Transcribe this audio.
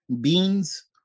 beans